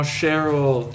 Cheryl